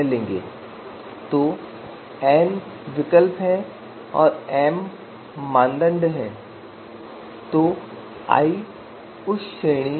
इसलिए प्रत्येक कॉलम में जो प्रत्येक मानदंड के संबंध में है हम सभी n विकल्प लेते हैं और इनमें से प्रत्येक स्कोर को प्रत्येक विकल्प के संबंध में उन सभी n स्कोर में से न्यूनतम मान से विभाजित किया जाता है